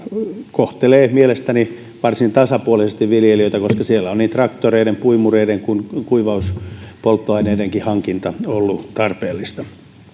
kohtelee mielestäni varsin tasapuolisesti viljelijöitä koska siellä on niin traktoreiden puimureiden kuin kuivauspolttoaineidenkin hankinta ollut tarpeellista